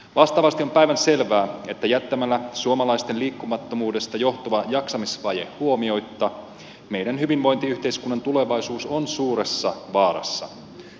vastaavasti on päivänselvää että jos suomalaisten liikkumattomuudesta johtuva jaksamisvaje jätetään huomioitta meidän hyvinvointiyhteiskuntamme tulevaisuus on suuressa vaarassa